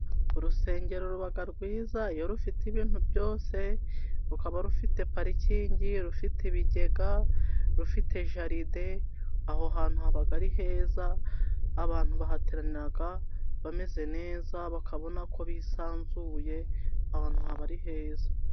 Urusengero ruba rwiza iyo rufite ibintu byose: rukaba rufite parikingi, rufite ibigega, rufite jaride, aho hantu haba ari heza, abantu bahateraniraga bameze neza, bakabona ko bisanzuye aho hantu haba ari heza.